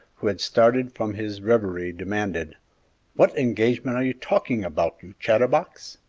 who had started from his revery, demanded what engagement are you talking about, you chatterbox?